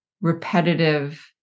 repetitive